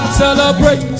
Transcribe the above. celebrate